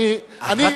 אני,